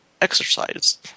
exercise